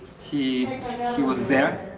he he was there.